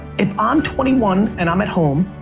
if i'm twenty one and i'm at home,